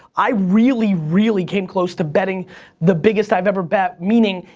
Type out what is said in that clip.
i really, really came close to betting the biggest i've ever bet. meaning,